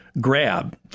grab